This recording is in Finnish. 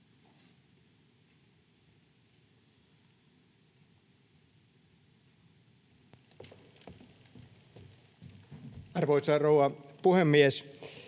Arvoisa rouva puhemies!